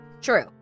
true